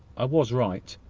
i was right.